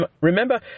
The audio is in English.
Remember